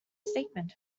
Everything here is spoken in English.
statement